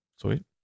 Sweet